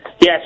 Yes